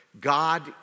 God